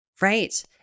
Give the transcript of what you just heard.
Right